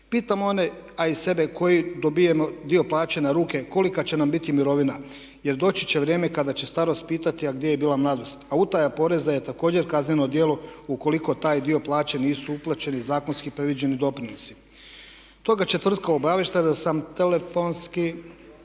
Pitam one a i sebe koji dobivamo dio plaće na ruke, kolika će nam biti mirovina jer doći će vrijeme kada će starost pitati a gdje je bila mladost a utaja poreza je također kazneno djelo ukoliko taj dio plaće nisu uplaćeni zakonski predviđeni doprinosi. Toga četvrtka obavještena sam telefonski.